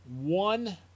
one